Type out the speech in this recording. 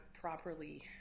properly